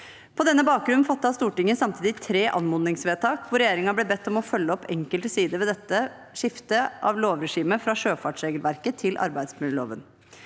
På denne bakgrunn fattet Stortinget samtidig tre anmodningsvedtak, hvor regjeringen ble bedt om å følge opp enkelte sider ved dette skiftet av lovregime fra sjøfartsregelverket til arbeidsmiljøloven.